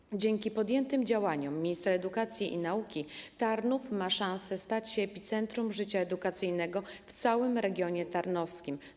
Dzięki działaniom podjętym przez ministra edukacji i nauki Tarnów ma szansę stać się epicentrum życia edukacyjnego w całym regionie tarnowskim.